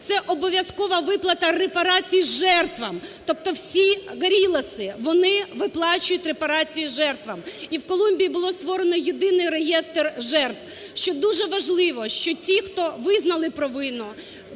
це обов'язкова виплата репарації жертвам, тобто всі "герильяс" вони виплачують репарації жертвам. І в Колумбії було створено єдиний реєстр жертв, що дуже важливо, що ті хто визнали провину,